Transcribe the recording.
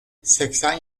seksen